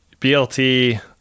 BLT